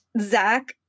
Zach